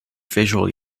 visual